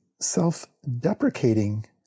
self-deprecating